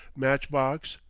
match-box,